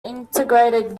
integrated